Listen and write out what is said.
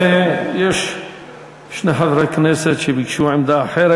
יש שני חברי כנסת שביקשו עמדה אחרת.